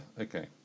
okay